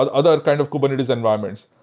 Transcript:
ah other kind of kubernetes environments.